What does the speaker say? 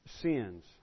sins